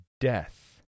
death